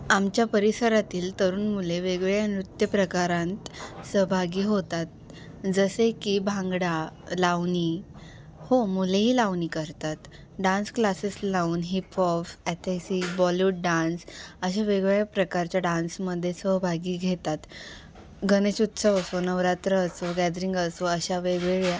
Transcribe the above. आमच्या परिसरातील तरुण मुले वेगवेगळ्या नृत्य प्रकारांत सहभागी होत आहे जसे की भांगडा लावणी हो मुलेही लावणी करतात डान्स क्लासेस लावून हिपहॉप ॲथेसिक बॉलीवूड डान्स अशा वेगवेगळ्या प्रकारच्या डान्समध्ये सहभागी घेतात गणेश उत्सव असो नवरात्र असो गॅदरिंग असो अशा वेगवेगळ्या